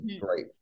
great